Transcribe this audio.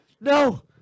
no